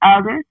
others